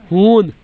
ہوٗن